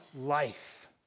life